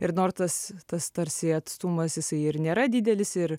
ir nor tas tas tarsi atstumas jisai ir nėra didelis ir